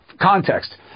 Context